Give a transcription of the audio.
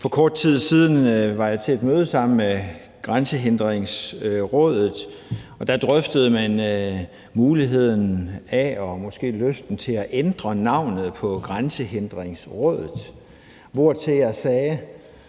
For kort tid siden var jeg til et møde sammen med Grænsehindringsrådet, og der drøftede man muligheden af og måske lysten til at ændre navnet på Grænsehindringsrådet, hvortil jeg sagde,